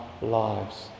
lives